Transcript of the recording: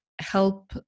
help